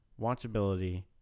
watchability